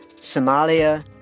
Somalia